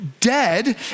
dead